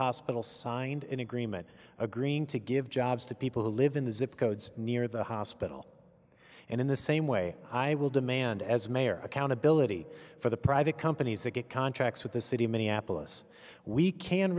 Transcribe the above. hospital signed an agreement agreeing to give jobs to people who live in the zip codes near the hospital and in the same way i will demand as mayor accountability for the private companies that get contracts with the city of minneapolis we can